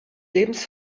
lebens